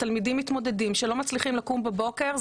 תלמידים מתמודדים שלא מצליחים לקום בבוקר,